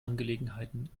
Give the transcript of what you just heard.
angelegenheiten